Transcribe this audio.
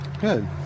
Good